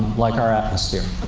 like our atmosphere.